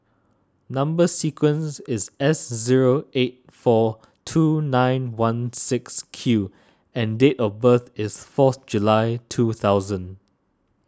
Number Sequence is S zero eight four two nine one six Q and date of birth is fourth July two thousand